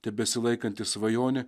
tebesilaikanti svajonė